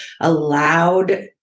allowed